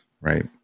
right